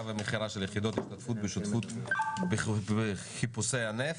ומכירה של יחידות השתתפות בשותפות לחיפושי נפט).